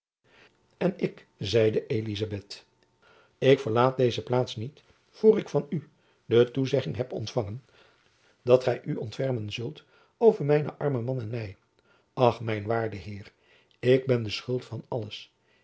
en ik zeide elizabeth ik verlaat deze plaats niet voor ik van u de toezegging heb ontfangen dat gy u ontfermen zult over mijn armen man en my ach mijn waarde heer ik ben de schuld van alles